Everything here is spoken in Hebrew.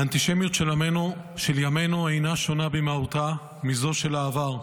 האנטישמיות של ימינו אינה שונה במהותה מזו של העבר,